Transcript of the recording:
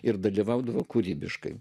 ir dalyvaudavo kūrybiškai